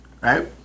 right